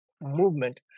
movement